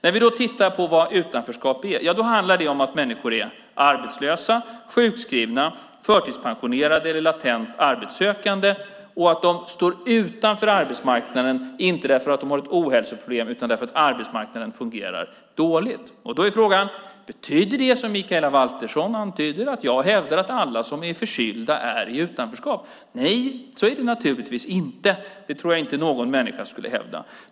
När vi tittar på vad utanförskap är handlar det om att människor är arbetslösa, sjukskrivna, förtidspensionerade eller latent arbetssökande och att de står utanför arbetsmarknaden, inte för att de har ett ohälsoproblem utan för att arbetsmarknaden fungerar dåligt. Då är frågan om det betyder, som Mikaela Valtersson antyder, att jag hävdar att alla som är förkylda är i utanförskap. Nej, så är det naturligtvis inte. Det tror jag inte någon människa skulle hävda.